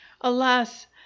Alas